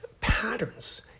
patterns